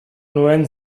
nuen